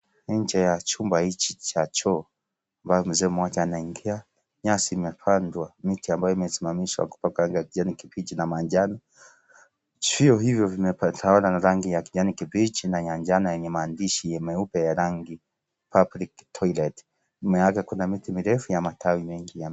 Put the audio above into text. Nje ya chumba hichi cha choo ambayo mzee mmoja anaingia nyasi imepandwa miti ambayo imesimamishwa kupakwa rangi ya kijani kibichi na manjano . Vyoo hivyo vimetawala na rangi ya kijani kibichi na nyanjana yenye maandishi meupe ya rangi public toilet nyuma yake kuna miti mirefu ya matawi mengi.